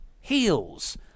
heels